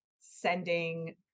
sending